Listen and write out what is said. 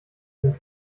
sind